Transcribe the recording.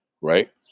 Right